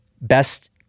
best